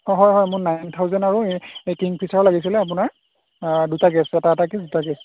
অঁ হয় হয় মোৰ নাইন থাওজেণ্ড আৰু এই কিংফিছাৰ লাগিছিলে আপোনাৰ দুটা কেছ এটা এটা কেছ দুটা কেছ